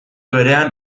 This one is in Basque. berean